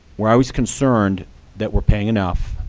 where i was concerned that we're paying enough,